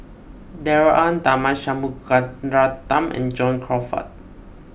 Darrell Ang Tharman Shanmugaratnam and John Crawfurd